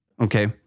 Okay